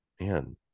Man